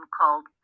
called